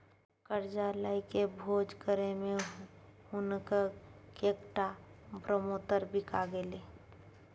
करजा लकए भोज करय मे हुनक कैकटा ब्रहमोत्तर बिका गेलै